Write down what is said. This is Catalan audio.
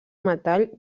metall